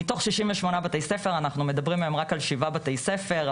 מתוך ששים ושמונה בתי ספר אנחנו מדברים היום רק על שבעה בתי ספר.